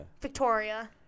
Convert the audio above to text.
Victoria